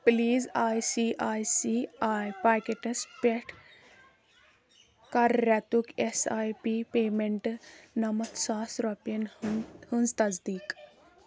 please I C I C I pockets پٮ۪ٹھ کَر رٮ۪تُک ایس آی پی پیمنٹ نَمتھ ساس رۄپیَن ہٕنٛز تصدیٖق